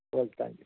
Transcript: okay thank you